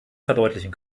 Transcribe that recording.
verdeutlichen